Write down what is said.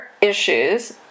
issues